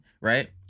right